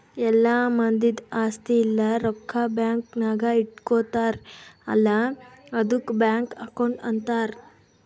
ಎಲ್ಲಾ ಮಂದಿದ್ ಆಸ್ತಿ ಇಲ್ಲ ರೊಕ್ಕಾ ಬ್ಯಾಂಕ್ ನಾಗ್ ಇಟ್ಗೋತಾರ್ ಅಲ್ಲಾ ಆದುಕ್ ಬ್ಯಾಂಕ್ ಅಕೌಂಟ್ ಅಂತಾರ್